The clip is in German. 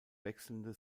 wechselnde